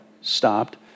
stopped